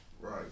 right